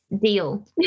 deal